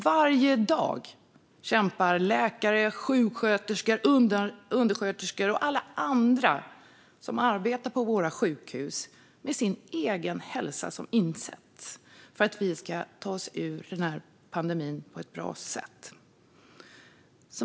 Varje dag kämpar läkare, sjuksköterskor, undersköterskor och alla andra som arbetar på våra sjukhus med sin egen hälsa som insats för att vi ska ta oss ur pandemin på ett bra sätt.